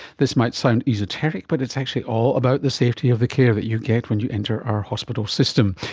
this might sound esoteric but it's actually all about the safety of the care that you get when you enter our hospital system.